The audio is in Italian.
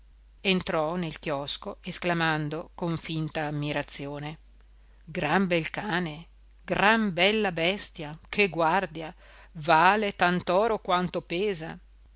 entrò nel chiosco esclamando con finta ammirazione gran bel cane gran bella bestia che guardia vale tant'oro quanto pesa